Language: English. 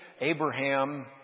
Abraham